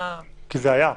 כי זה היה בתקש"ח.